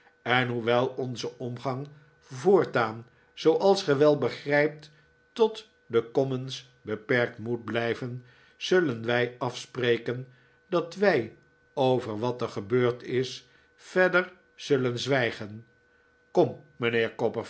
en hoewel onze omgang voortaan zooals ge wel begfijpt tot de commons beperkt moet blijven zullen wij afspreken dat wij over wat er gebeurd is verder zullen zwijgen kom mijnheer